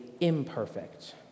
imperfect